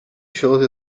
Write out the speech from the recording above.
shows